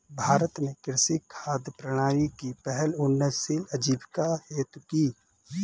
भारत ने कृषि खाद्य प्रणाली की पहल उन्नतशील आजीविका हेतु की